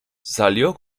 salió